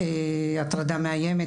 הטרדה מאיימת,